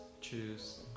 choose